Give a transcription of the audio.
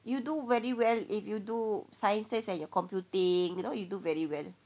you do very well if you do science says at your computing you know you do very well